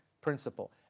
principle